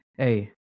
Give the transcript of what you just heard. Hey